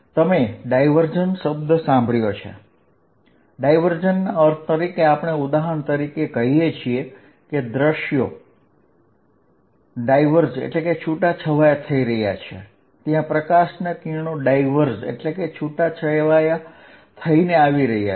આમ તમે ડાયવર્જન્ટ શબ્દ સાંભળ્યો ડાયવર્જન્સના અર્થ તરીકે આપણે ઉદાહરણ તરીકે કહીએ છીએ કે દૃશ્યો ડાયવર્જ એટલે કે છુટા છવાયા થઈ રહ્યા છે ત્યાં પ્રકાશના કિરણો ડાઇવર્ઝ એટલે કે છુટા છવાયા થઈને આવી રહ્યા છે